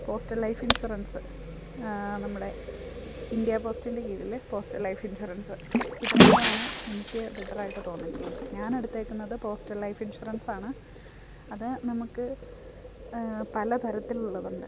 postal life insurance നമ്മടെ India പോസ്റ്റിൻ്റെ കീഴിൽ പോസ്റ്റൽ ലൈഫ് ഇൻഷുറൻസ് ഇത് രണ്ടും ആണ് എനിക്ക് ബെറ്റർ ആയിട്ട് തോന്നിയിട്ടുള്ളത് ഞാൻ എടുത്തേക്കുന്നത് പോസ്റ്റൽ ലൈഫ് ഇൻഷുറൻസ് ആണ് അത് നമുക്ക് പല തരത്തിൽ ഉള്ളതുണ്ട്